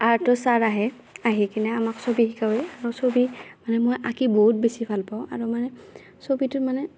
আৰ্টৰ চাৰ আহে আহি কিনে আমাক ছবি শিকাব ছবি মানে মই আঁকি বহুত বেছি ভাল পাওঁ আৰু মানে ছবিটো মানে